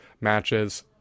matches